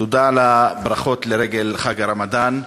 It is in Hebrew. תודה על הברכות לרגל חג הרמדאן.